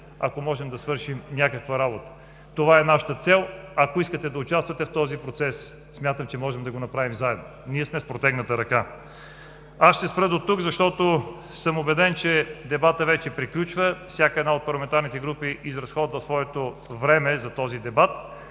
ако можем да свършим някаква работа. Това е нашата цел. Ако искате да участвате в този процес, смятам, че можем да го направим заедно. Ние сме с протегната ръка. Аз ще спра дотук, защото съм убеден, че дебатът вече приключва. Всяка от парламентарните групи изразходва своето време за този дебат.